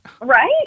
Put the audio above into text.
Right